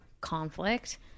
conflict